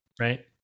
Right